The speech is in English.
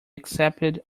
accepted